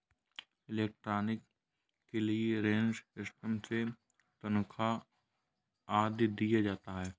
electronic clearance system से तनख्वा आदि दिया जाता है